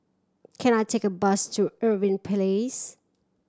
can I take a bus to Irving Place